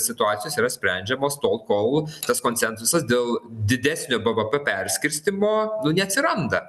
situacijos yra sprendžiamos tol kol tas konsensusas dėl didesnio bvp perskirstymo nu neatsiranda